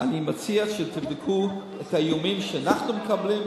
אני מציע שתבדקו את האיומים שאנחנו מקבלים,